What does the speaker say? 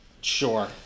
sure